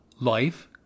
Life